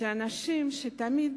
אנשים שתמיד